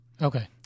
okay